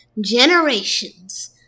generations